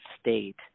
state